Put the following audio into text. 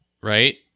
right